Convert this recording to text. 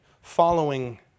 following